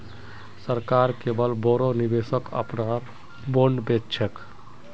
सरकार केवल बोरो निवेशक अपनार बॉन्ड बेच छेक